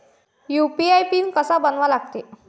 UPI PIN कसा बनवा लागते?